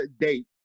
date